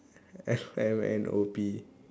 M N O P